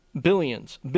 billions